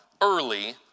early